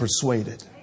persuaded